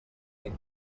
nit